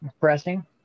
pressing